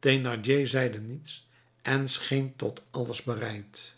thénardier zeide niets en scheen tot alles bereid